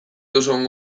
duzun